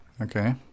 Okay